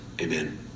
Amen